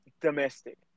domestic